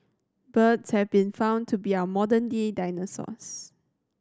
birds have been found to be our modern day dinosaurs